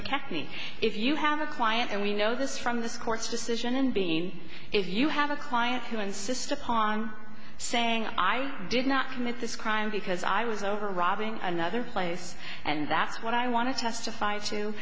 mckechnie if you have a client and we know this from this court's decision in being if you have a client who insists upon saying i did not commit this crime because i was over robbing another place and that's what i want to testify to